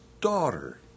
daughter